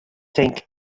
tink